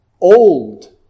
old